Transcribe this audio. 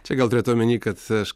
čia gal turėta omenyje kad aš k